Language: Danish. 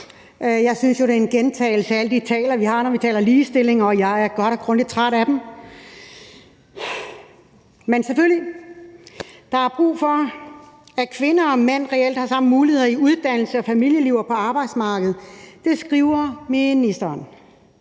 Jeg synes jo, det er en gentagelse af alle de taler, vi har haft, når vi taler ligestilling, og jeg er godt og grundigt træt af dem. Men selvfølgelig er der brug for, at kvinder og mænd reelt har de samme muligheder inden for uddannelse, familieliv og på arbejdsmarkedet, som ministeren